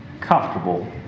comfortable